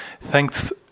thanks